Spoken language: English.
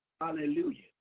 Hallelujah